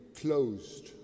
closed